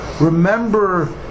Remember